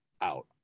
out